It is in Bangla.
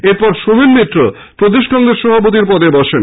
এরপর সোমেন মিত্র প্রদেশ কংগ্রেস সভাপতির পদে বসেন